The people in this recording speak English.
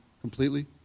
completely